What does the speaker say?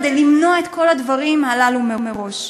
כדי למנוע את כל הדברים הללו מראש.